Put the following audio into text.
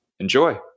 Enjoy